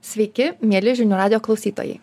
sveiki mieli žinių radijo klausytojai